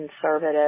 conservative